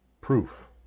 Proof